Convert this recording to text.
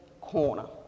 corner